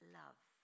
love